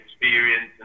experience